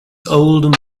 old